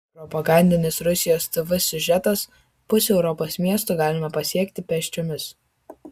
propagandinis rusijos tv siužetas pusę europos miestų galime pasiekti pėsčiomis